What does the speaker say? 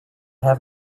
have